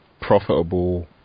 profitable